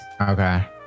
Okay